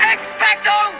Expecto